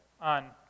on